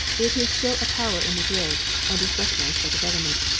it is still a power in madrid, and is recognized by the government.